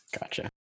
Gotcha